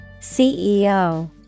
CEO